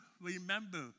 remember